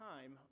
time